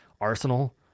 Arsenal